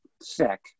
sick